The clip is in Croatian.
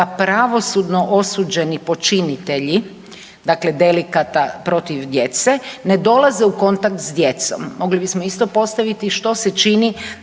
pravosudno osuđeni počinitelji dakle delikata protiv djece ne dolaze u kontakt s djecom. Mogli bismo isto postaviti što se čini